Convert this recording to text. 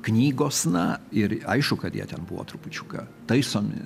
knygosna ir aišku kad jie ten buvo trupučiuką taisomi